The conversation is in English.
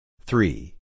Three